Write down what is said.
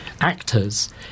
actors